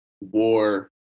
war